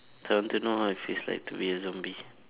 so I want to know how it feels like to be a zombie